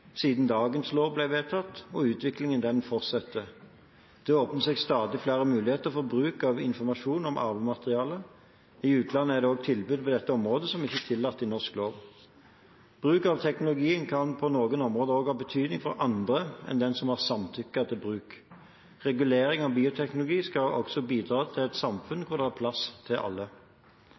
siden dagens lov ble vedtatt, og utviklingen fortsetter. Det åpner seg stadig flere muligheter for å bruke informasjon om arvematerialet. I utlandet er det også tilbud på dette området som ikke er tillatt etter norsk lov. Bruk av teknologien kan på noen områder også ha betydning for andre enn den som har samtykket til bruk. Regulering av bruk av bioteknologi skal også bidra til et samfunn hvor det er plass til alle.